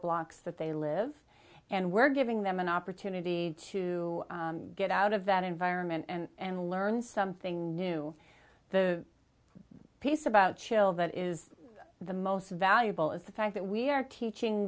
blocks that they live and we're giving them an opportunity to get out of that environment and learn something new the piece about chill that is the most valuable is the fact that we are teaching